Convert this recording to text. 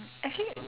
actually